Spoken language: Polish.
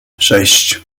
sześć